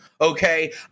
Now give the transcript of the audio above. Okay